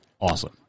awesome